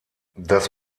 das